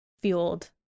fueled